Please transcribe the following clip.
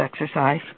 exercise